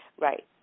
right